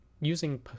using